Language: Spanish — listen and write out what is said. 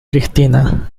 cristina